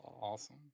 Awesome